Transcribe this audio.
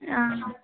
हाँ